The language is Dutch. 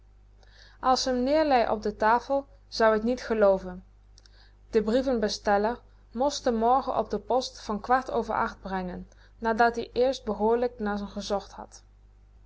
als ze m neerlei op de tafel zou-ie t niet gelooven de brievenbestelier most m morgen met de post van kwart over achten brengen nadat ie eerst behoorlijk naar r gezocht had